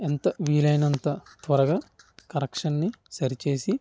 ఎంత వీలైనంత త్వరగా కరెక్షన్నీ సరిచేసి